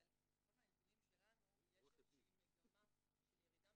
אבל לפחות מהנתונים שלנו יש מגמה של ירידה